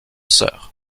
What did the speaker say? soeur